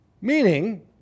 meaning